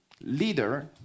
leader